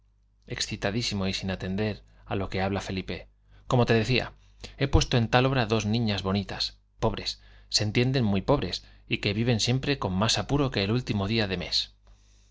no quiero que me riña por entretenerme cuando llevo un recado excitadísimo y sin atender á lo que habla como te felipe decía he puesto en la tal obra dos niñas bonitas pobres se entiende muy pobres y que viven siempre con más apuro que el último día de mes